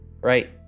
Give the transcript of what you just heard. Right